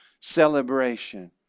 celebration